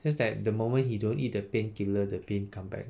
just that the moment he don't eat the painkiller the pain come back